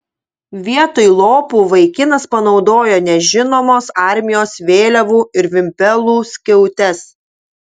vietoj lopų vaikinas panaudojo nežinomos armijos vėliavų ir vimpelų skiautes